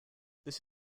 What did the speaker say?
this